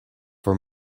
for